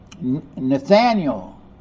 Nathaniel